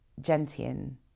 gentian